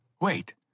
Wait